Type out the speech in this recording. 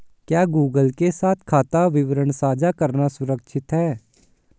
क्या गूगल के साथ खाता विवरण साझा करना सुरक्षित है?